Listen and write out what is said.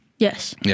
Yes